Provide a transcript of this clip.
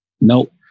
nope